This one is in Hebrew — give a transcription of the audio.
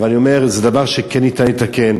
אבל אני אומר שזה דבר שכן ניתן לתקן.